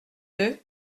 deux